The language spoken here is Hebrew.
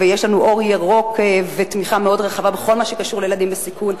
ויש לנו אור ירוק ותמיכה מאוד רחבה בכל מה שקשור לילדים בסיכון.